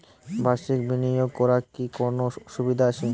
বাষির্ক বিনিয়োগ করার কি কোনো সুবিধা আছে?